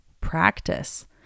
Practice